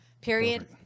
Period